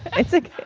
it's like